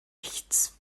nichts